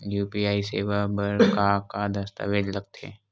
UPI सेवा बर का का दस्तावेज लगथे?